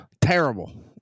terrible